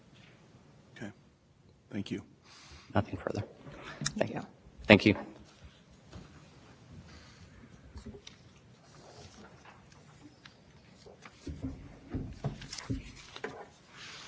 mean that one would expect to find uniform allowance prices in texas in pennsylvania in alabama and when uniform allowance prices exist what it means is that